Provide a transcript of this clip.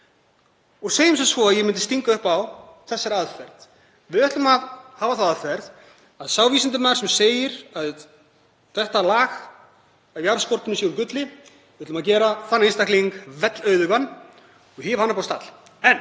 og segjum sem svo að ég myndi stinga upp á þessari aðferð: Við ætlum að hafa þá aðferð að sá vísindamaður sem segir að þetta lag af jarðskorpunni sé úr gulli, við ætlum að gera þann einstakling vellauðugan og hefja hann á stall. En